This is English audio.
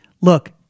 look